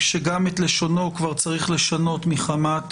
שגם את לשונו כבר צריך לשנות מחמת